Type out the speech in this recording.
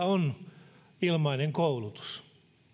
on ilmainen koulutus